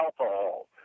alcohol